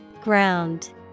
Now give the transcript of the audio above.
Ground